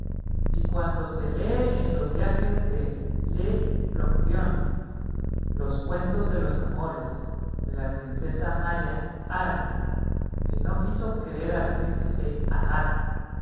y cuando se lee en los viajes de le plongeon los cuentos de los amores de la princesa maya ara que no quiso querer al príncipe aak